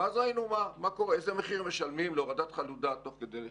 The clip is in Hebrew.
ואז ראינו מה קורה ואיזה מחיר משלמים להורדת חלודה תוך כדי לחימה.